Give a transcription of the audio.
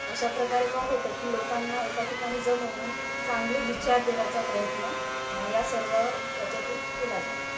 अशा प्रकारे काय होतं की लोकांना एका ठिकाणी जमवून चांगले विचार देण्याचा प्रयत्न या सर्व याच्यातून केला जातो